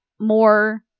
more